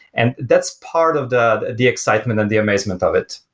and that's part of the the excitement and the amazement of it.